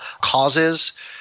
causes